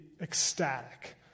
ecstatic